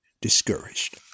discouraged